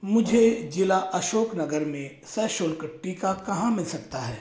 मुझे जिला अशोकनगर में सशुल्क टीका कहाँ मिल सकता है